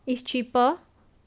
it's cheaper